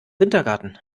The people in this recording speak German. wintergarten